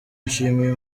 nshimiye